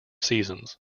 seasons